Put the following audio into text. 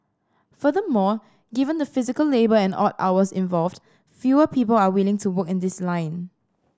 furthermore given the physical labour and odd hours involved fewer people are willing to work in this line